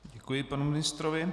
Děkuji panu ministrovi.